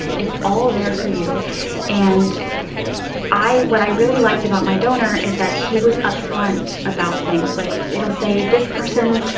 it's all there for you and what i really liked about my donor is that he was upfront about things. like, it'll say this person,